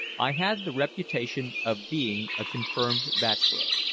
i had the reputation of being a confirmed bachelor,